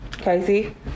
Casey